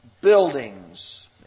buildings